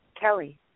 Kelly